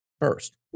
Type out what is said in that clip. first